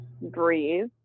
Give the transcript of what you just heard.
breathe